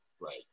right